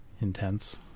intense